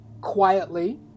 quietly